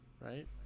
right